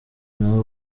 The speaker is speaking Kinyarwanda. n’aho